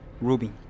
Ruby